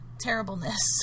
terribleness